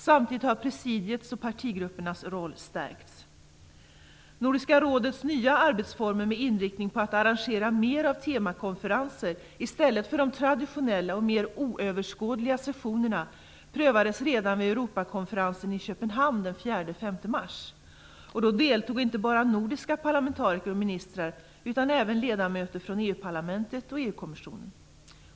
Samtidigt har presidiets och partigruppernas roll stärkts. Nordiska rådets nya arbetsformer med inriktning på att arrangera mera av temakonferenser i stället för de traditionella och mer oöverskådliga sessionerna prövades redan vid Europakonferensen i Köpenhamn den 4-5 mars. Då deltog inte bara nordiska parlamentariker och ministrar utan även ledamöter från EU parlamentet och EU-kommissionen.